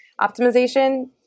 optimization